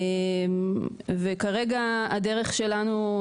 וכרגע הדרך שלנו,